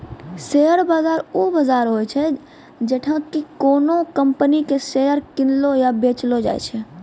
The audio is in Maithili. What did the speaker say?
शेयर बाजार उ बजार होय छै जैठां कि कोनो कंपनी के शेयर किनलो या बेचलो जाय छै